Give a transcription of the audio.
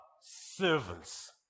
servants